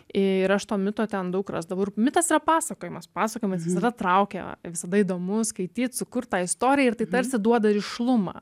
ir aš to mito ten daug rasdavau ir mitas yra pasakojimas pasakojimas visada traukia tai visada įdomu skaityt sukurt tą istoriją ir tai tarsi duoda rišlumą